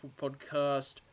podcast